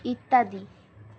ইত্যাদি